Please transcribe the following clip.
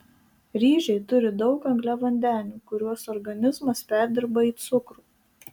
ryžiai turi daug angliavandenių kuriuos organizmas perdirba į cukrų